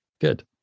Good